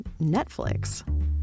Netflix